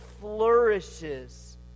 flourishes